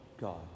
God